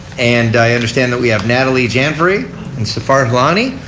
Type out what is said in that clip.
and i understand that we have natalie janvary and sifar hilani,